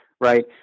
right